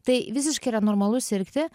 tai visiškai yra normalu sirgti